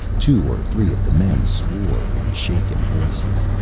two or three of the men swore, in shaken voices.